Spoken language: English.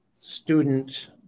student